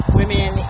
women